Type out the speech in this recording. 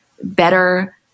better